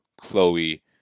Chloe